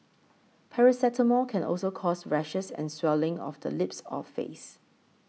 paracetamol can also cause rashes and swelling of the lips or face